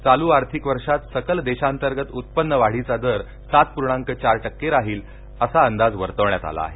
चालू आर्थिक वर्षात सकल देशांतर्गत उत्पन्नवाढीचा दर सात पूर्णाक चार राहील असा अंदाज वर्तवण्यात आला आहे